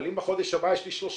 אבל אם בחודש הבא יש לי 39